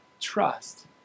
trust